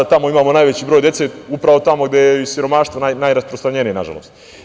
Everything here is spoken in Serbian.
Imamo najveći broj dece upravo tamo i gde je siromaštvo najrasprostranjenije nažalost.